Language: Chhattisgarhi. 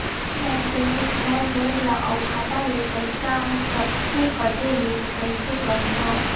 ऑनलाइन पेमेंट फेल होय ले अउ खाता ले पईसा सकथे कटे ले कइसे करथव?